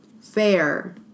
fair